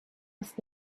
was